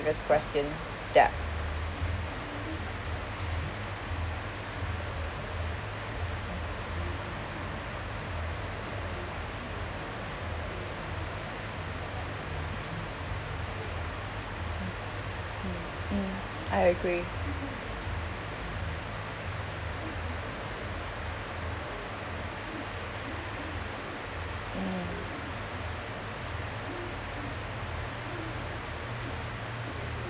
previous question debt mm I agree mm